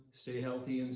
stay healthy